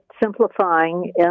Simplifying